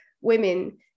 women